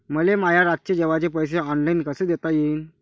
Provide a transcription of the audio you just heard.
मले माया रातचे जेवाचे पैसे ऑनलाईन कसे देता येईन?